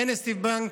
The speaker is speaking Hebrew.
אין בה סניף בנק.